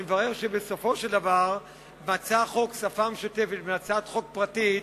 אני מברך על שבסופו של דבר מצא החוק שפה משותפת בהצעת חוק פרטית